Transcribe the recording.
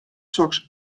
soks